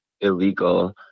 illegal